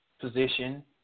position